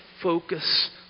focus